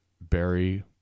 Barry